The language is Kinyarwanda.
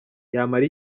yamara